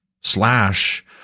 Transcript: slash